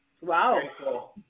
Wow